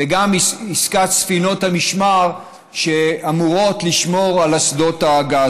וגם עסקת ספינות המשמר שאמורות לשמור על אסדות הגז.